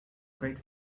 kite